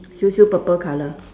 siu siu purple colour